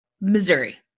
Missouri